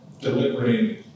delivering